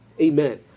amen